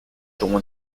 seront